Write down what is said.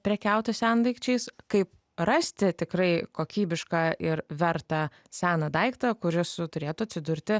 prekiauti sendaikčiais kaip rasti tikrai kokybišką ir vertą seną daiktą kuris turėtų atsidurti